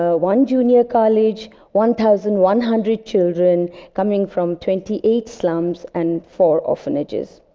ah one junior college, one thousand one hundred children coming from twenty eight slums and four orphanages.